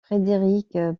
frédéric